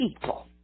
people